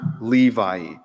Levi